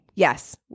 Yes